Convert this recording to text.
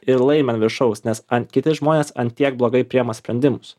ir laimi ant viršaus nes an kiti žmonės ant tiek blogai priima sprendimus